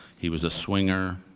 he was a swinger.